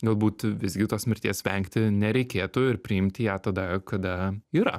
galbūt visgi tos mirties vengti nereikėtų ir priimti ją tada kada yra